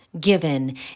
given